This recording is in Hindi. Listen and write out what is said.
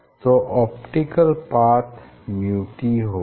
तो ऑप्टिकल पाथ µt होगा